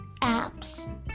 apps